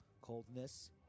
coldness